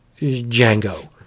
Django